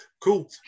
Cool